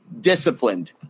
disciplined